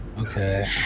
Okay